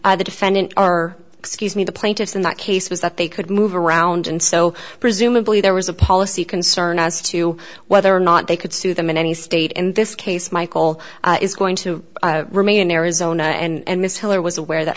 on the defendant are excuse me the plaintiffs in that case was that they could move around and so presumably there was a policy concern as to whether or not they could sue them in any state in this case michael is going to remain in arizona and miss heller was aware that